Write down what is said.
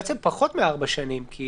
זה פחות מארבע שנים, כי